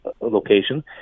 location